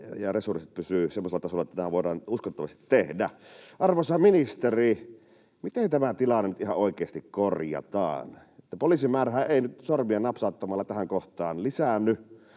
ja resurssit pysyvät semmoisella tasolla, että tätä voidaan uskottavasti tehdä. Arvoisa ministeri, miten tämä tilanne nyt ihan oikeasti korjataan? Poliisien määrähän ei nyt sormia napsauttamalla tähän kohtaan lisäänny,